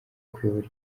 kuyobora